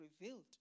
revealed